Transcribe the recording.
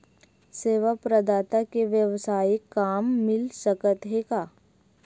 सेवा प्रदाता के वेवसायिक काम मिल सकत हे का?